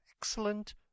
excellent